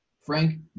Frank